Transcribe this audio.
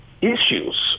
issues